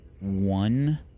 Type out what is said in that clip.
one